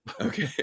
Okay